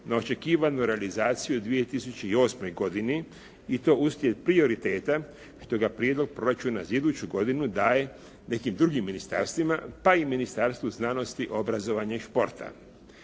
na očekivanu realizaciju u 2008. godini i to uslijed prioriteta što ga prijedlog proračuna za iduću godinu daje nekim drugim ministarstvima pa i Ministarstvu znanosti, obrazovanja i športa.